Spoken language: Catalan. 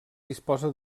disposa